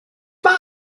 mae